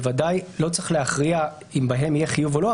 בוודאי לא צריך להכריע אם בהם יהיה חיוב או לא,